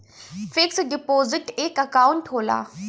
fix deposit एक account होला